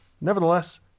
nevertheless